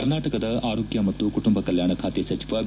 ಕರ್ನಾಟಕದ ಆರೋಗ್ಯ ಮತ್ತು ಕುಟುಂಬ ಕಲ್ಮಾಣ ಖಾತೆ ಸಚಿವ ಬಿ